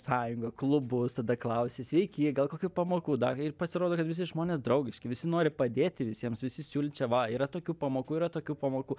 sąjungą klubus tada klausi sveiki gal kokių pamokų dak ir pasirodo kad visi žmonės draugiški visi nori padėti visiems visi siūli čia va yra tokių pamokų yra tokių pamokų